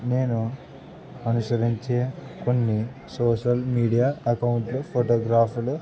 నేను అనుసరించే కొన్ని సోషల్ మీడియా అకౌంట్లు ఫోటోగ్రాఫీలు